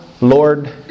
Lord